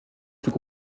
plus